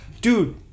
Dude